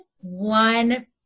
one